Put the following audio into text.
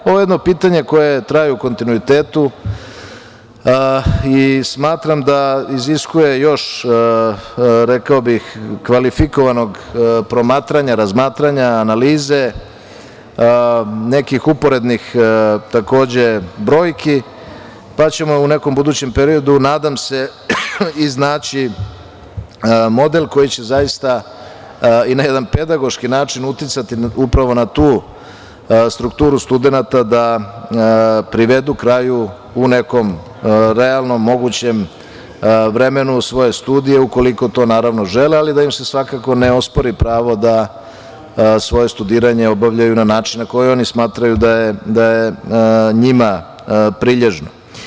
Ovo je jedno pitanje koje traje u kontinuitetu i smatram da iziskuje još, rekao bih kvalifikovanog promatranja, razmatranja, analize, nekih uporednih brojki, pa ćemo u nekom budućem periodu, nadam se iznaći model koji će zaista i na jedan pedagoški način uticati upravo na tu strukturu studenata da privedu kraju u nekom realnom mogućem vremenu svoje studije, ukoliko to žele, ali da im se svakako ne ospori pravo da svoje studiranje obavljaju na način na koji oni smatraju da je njima prilježno.